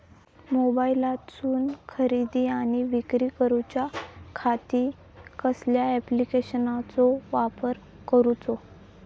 मोबाईलातसून खरेदी आणि विक्री करूच्या खाती कसल्या ॲप्लिकेशनाचो वापर करूचो?